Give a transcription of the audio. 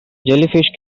jellyfish